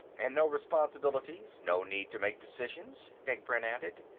and no responsibilities no need to make decisions, degbrend added.